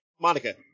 Monica